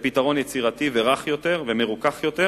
לפתרון יצירתי ורך יותר ומרוכך יותר,